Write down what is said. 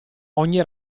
ogni